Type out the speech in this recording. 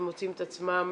שמוצאים את עצמם